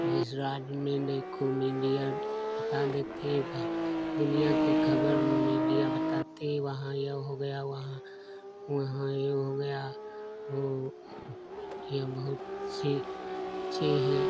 जिस राज्य में देखो मीडिया बता देती है वह दुनिया की खबर मीडिया बताती है वहाँ ये हो गया वहाँ वहाँ ये हो गया वो मीडिया बहुत सी अच्छे हैं